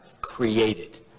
created